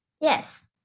Yes